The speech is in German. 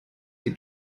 sie